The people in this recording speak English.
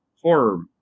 horror